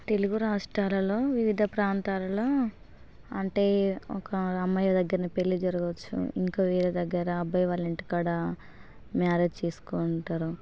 తెలుగు రాష్ట్రాలలో వివిధ ప్రాంతాలలో అంటే ఒక అమ్మాయి దగ్గరని పెళ్ళి జరగచ్చు ఇంకా వేరే దగ్గర అబ్బాయి వాళ్ళ ఇంటికాడ మ్యారేజ్ చేసుకుంటారు